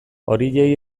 horiei